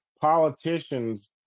politicians